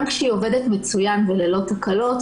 גם כשהיא עובדת מצוין וללא תקלות,